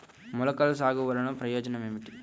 మొలకల సాగు వలన ప్రయోజనం ఏమిటీ?